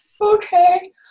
Okay